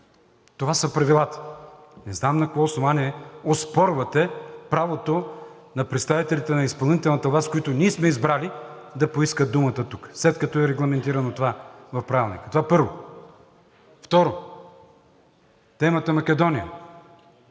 това са правилата. Не знам на какво основание оспорвате правото на представителите на изпълнителната власт, които ние сме избрали, да поискат думата тук, след като е регламентирано това в Правилника. Това е първо. Второ, темата Македония